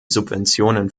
subventionen